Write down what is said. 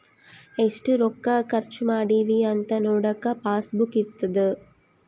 ಎಷ್ಟ ರೊಕ್ಕ ಖರ್ಚ ಮಾಡಿವಿ ಅಂತ ನೋಡಕ ಪಾಸ್ ಬುಕ್ ಇರ್ತದ